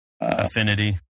affinity